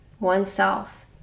oneself